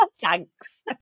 thanks